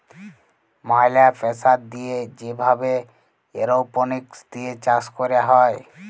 ম্যালা প্রেসার দিয়ে যে ভাবে এরওপনিক্স দিয়ে চাষ ক্যরা হ্যয়